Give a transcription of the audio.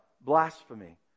blasphemy